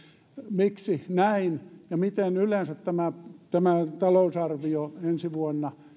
miksi näin ja miten yleensä tämä tämä talousarvio ensi vuonna